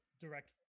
direct